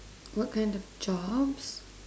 what kind of jobs